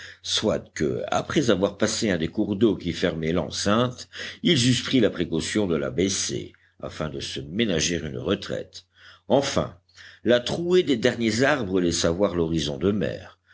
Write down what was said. soit que après avoir passé un des cours d'eau qui fermaient l'enceinte ils eussent pris la précaution de l'abaisser afin de se ménager une retraite enfin la trouée des derniers arbres laissa voir l'horizon de mer